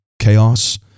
chaos